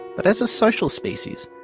but as a social species,